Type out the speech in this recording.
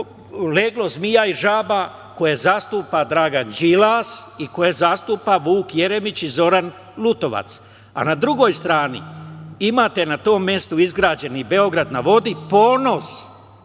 leglo zmija i žaba, koje zastupa Dragan Đilas, Vuk Jeremić i Zoran Lutovac. Na drugoj strani imate na tom mestu izgrađeni Beograd na vodi, ponos